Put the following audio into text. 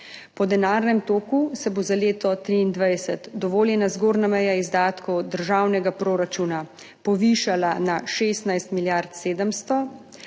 Po denarnem toku se bo za leto 2023 dovoljena zgornja meja izdatkov državnega proračuna povišala na 16 milijard 700,